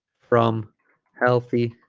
from healthy